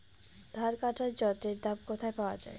ধান কাটার যন্ত্রের দাম কোথায় পাওয়া যায়?